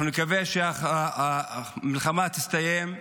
אנחנו נקווה שהמלחמה תסתיים,